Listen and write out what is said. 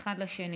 אחד לשני.